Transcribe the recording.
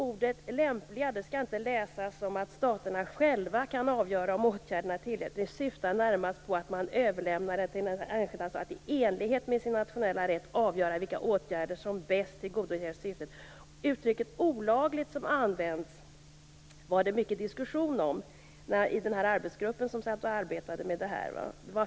Ordet "lämpliga" skall inte läsas som att staterna själva kan avgöra om åtgärderna är tillräckliga utan syftar närmast på att man överlämnar det till den enskilda staten att i enlighet med sin nationella rätt avgöra vilka åtgärder som bäst tillgodoser syftet. Uttrycket "olaglig" var det mycket diskussion om i den arbetsgrupp som arbetade med detta.